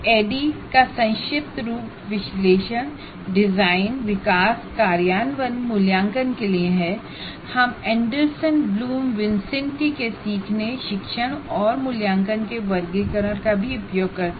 ADDIE analysis design development implement और इवेलुएटAnalysis Design Development Implement and Evaluate का संक्षिप्त रूप है और हम एंडरसन ब्लूम विन्सेंटी के लर्निंग टीचिंग और असेसमेंट की टैक्सोनोमी कावर्m उपयोग करेंगे